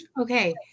okay